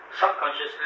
subconsciously